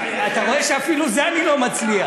אתה רואה שאפילו זה אני לא מצליח.